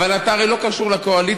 אבל אתה הרי לא קשור לקואליציה,